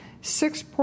Six